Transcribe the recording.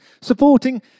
supporting